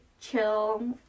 chill